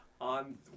on